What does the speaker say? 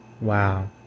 Wow